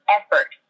effort